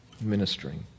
ministering